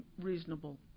reasonable